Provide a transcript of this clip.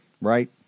right